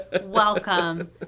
Welcome